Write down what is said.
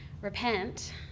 repent